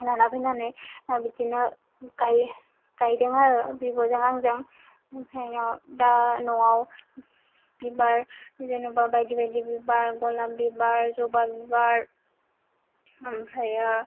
लाना फैनानै बिदिनो गायदों आरो बिब'जों आंजों आमफाय बिनि उनाव दा न'आव बिबार जेन'बा बायदि बायदि बिबार गलाब बिबार जबा बिबार आमफ्रायो